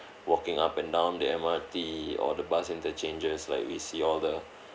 walking up and down the mrt or the bus interchanges like we see all the